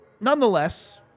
Nonetheless